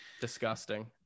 Disgusting